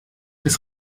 bis